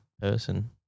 person